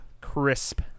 crisp